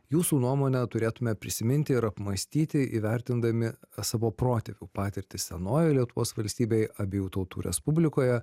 jūsų nuomone turėtume prisiminti ir apmąstyti įvertindami savo protėvių patirtį senojoj lietuvos valstybėj abiejų tautų respublikoje